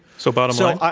so bottom line?